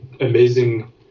amazing